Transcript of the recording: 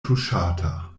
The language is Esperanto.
tuŝata